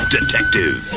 Detective